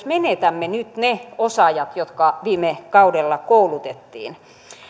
menetämme nyt ne osaajat jotka viime kaudella koulutettiin